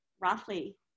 roughly